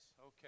okay